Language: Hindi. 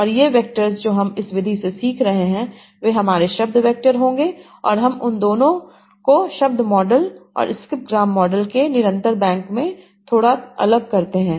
और ये वेक्टर्स जो हम इस विधि से सीख रहे हैं वे हमारे शब्द वैक्टर होंगे और हम उन दोनों को शब्द मॉडल और स्किप ग्राम मॉडल के निरंतर बैक में थोड़ा अलग करते हैं